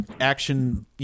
action